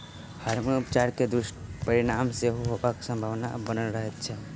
hormone उपचार के दुष्परिणाम सेहो होयबाक संभावना बनल रहैत छै